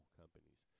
companies